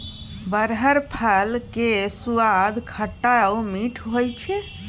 बरहर फल केर सुआद खट्टा आ मीठ होइ छै